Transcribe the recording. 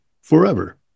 forever